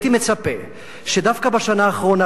הייתי מצפה דווקא בשנה האחרונה,